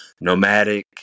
nomadic